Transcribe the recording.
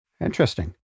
Interesting